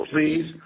Please